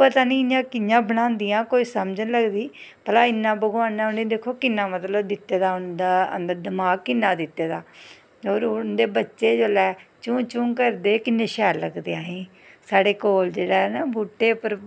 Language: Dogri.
पता निं इ'यां कि'यां बनांदियां कोई समझ निं लगदी भला इ'यां भगवान नै उ'नें गी मतलव दिक्खो हां किन्ना उ'नें गी दित्ते दा ऐ उं'दे अंदर दमाक किन्ना दित्ते दा होर उं'दे बच्चे जिसलै चूं चूं करदे किन्ने शैल लगदे असेंगी साढ़े कोल बूह्टे पर